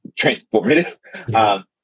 transformative